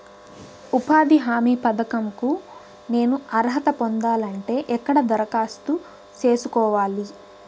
ఉపాధి హామీ పథకం కు నేను అర్హత పొందాలంటే ఎక్కడ దరఖాస్తు సేసుకోవాలి?